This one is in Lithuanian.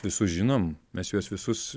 visus žinom mes juos visus